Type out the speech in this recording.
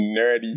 nerdy